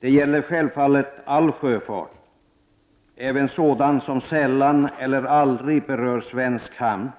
Detta gäller självfallet all sjöfart, även sådan som sällan eller aldrig berör svensk hamn,